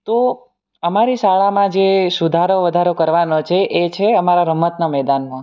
તો અમારી શાળામાં જે સુધારો વધારો કરવાનો છે એ છે અમારા રમતનાં મેદાનમાં